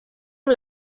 amb